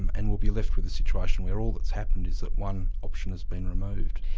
and we'll be left with a situation where all that's happened is that one option has been removed.